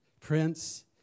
prince